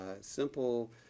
simple